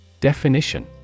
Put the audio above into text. Definition